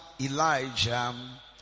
Elijah